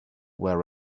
were